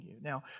Now